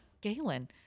Galen